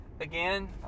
again